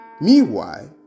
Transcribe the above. Meanwhile